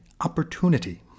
opportunity